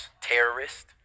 terrorist